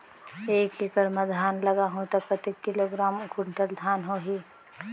एक एकड़ मां धान लगाहु ता कतेक किलोग्राम कुंटल धान होही?